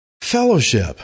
Fellowship